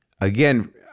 again